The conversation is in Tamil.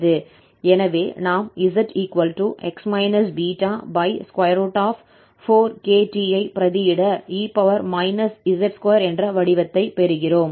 எனவே நாம் zx β4kt ஐ பிரதியிட e z2 என்ற வடிவத்தை பெறுகிறோம்